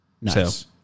Nice